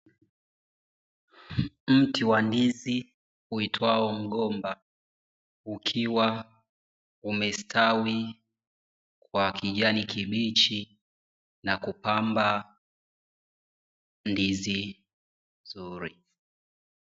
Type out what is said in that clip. Mti wa ndizi uitwao mgomba ukiwa umestawi kwa kijani kibichi na kupamba ndizi.